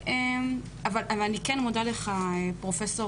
אבל אני כן מודה לך, פרופ'